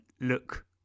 look